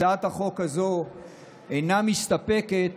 הצעת החוק הזו אינה מסתפקת